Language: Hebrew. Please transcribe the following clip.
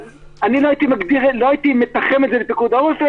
אבל לא הייתי מתחם את זה לפיקוד העורף,